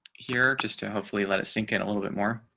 here, just to hopefully let it sink in a little bit more